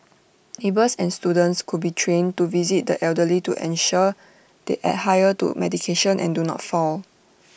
neighbours and students could be trained to visit the elderly to ensure they adhere to medication and do not fall